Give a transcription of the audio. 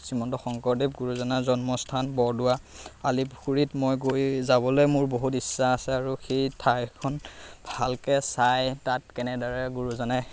শ্ৰীমন্ত শংকৰদেৱ গুৰুজনাৰ জন্মস্থান বৰদোৱা আলি পুখুৰীত মই গৈ যাবলৈ মোৰ বহুত ইচ্ছা আছে আৰু সেই ঠাইখন ভালকৈ চাই তাত কেনেদৰে গুৰুজনে